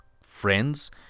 friends